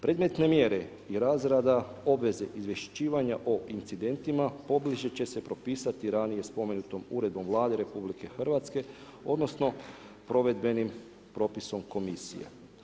Predmetne mjere i razrada obveze izvješćivanja o incidentima, pobliže će se propisati ranije spomenutom uredbom Vlade RH, odnosno, provedbenim propisom komisije.